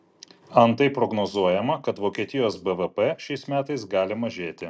antai prognozuojama kad vokietijos bvp šiais metais gali mažėti